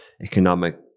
economic